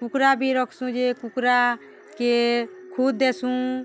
କୁକ୍ରା ବି ରଖ୍ସୁଁ ଯେ କୁକ୍ରାକେ ଖୁଦ୍ ଦେସୁଁ